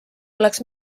oleks